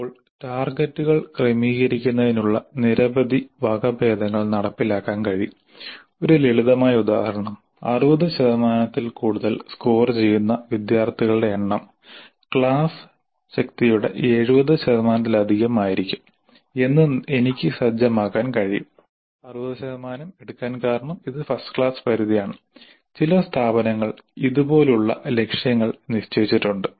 ഇപ്പോൾ ടാർഗെറ്റുകൾ ക്രമീകരിക്കുന്നതിനുള്ള നിരവധി വകഭേദങ്ങൾ നടപ്പിലാക്കാൻ കഴിയും ഒരു ലളിതമായ ഉദാഹരണം 60 ശതമാനത്തിൽ കൂടുതൽ സ്കോർ ചെയ്യുന്ന വിദ്യാർത്ഥികളുടെ എണ്ണം ക്ലാസ് ശക്തിയുടെ 70 ശതമാനത്തിലധികം ആയിരിക്കും എന്ന് എനിക്ക് സജ്ജമാക്കാൻ കഴിയും 60 ശതമാനം കാരണം ഇത് ഫസ്റ്റ് ക്ലാസ് പരിധിയാണ് ചില സ്ഥാപനങ്ങൾ ഇതുപോലുള്ള ലക്ഷ്യങ്ങൾ നിശ്ചയിച്ചിട്ടുണ്ട്